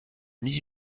nie